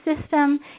system